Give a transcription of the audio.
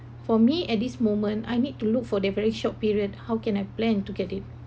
for me at this moment I need to look for the very short period how can I plan to get it